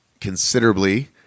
considerably